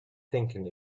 thinking